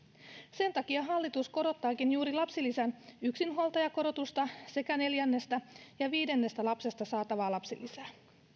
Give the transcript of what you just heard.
sen takia hallitus korottaakin juuri lapsilisän yksinhuoltajakorotusta sekä neljännestä ja viidennestä lapsesta saatavaa lapsilisää